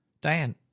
Diane